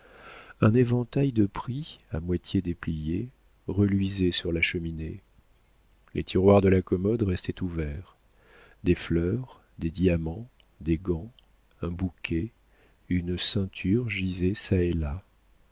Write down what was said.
un éventail de prix à moitié déplié reluisait sur la cheminée les tiroirs de la commode restaient ouverts des fleurs des diamants des gants un bouquet une ceinture gisaient